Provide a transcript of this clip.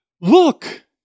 look